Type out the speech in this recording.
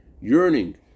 yearning